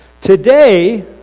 today